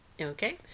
okay